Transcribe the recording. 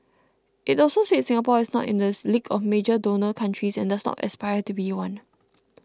it also said Singapore is not in the league of major donor countries and does not aspire to be one